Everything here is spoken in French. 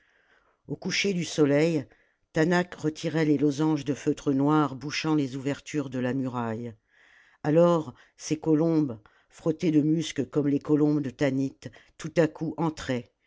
au coucher du soleil taanach retirait les losanges de feutre noir bouchant les ouvertures de ia muraille alors ses colombes frottées de musc comme les colombes de tanit tout à coup entraient